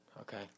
Okay